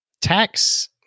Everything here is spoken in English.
Tax